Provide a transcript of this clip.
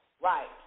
Right